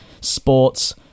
sports